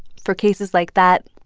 for cases like that,